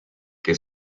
que